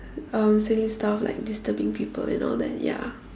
um silly stuff like disturbing people and all that ya